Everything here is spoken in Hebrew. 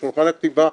בשולחן הכתיבה,